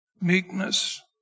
meekness